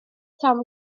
tom